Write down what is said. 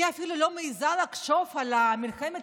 אני אפילו לא מעיזה לחשוב על מלחמת